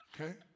okay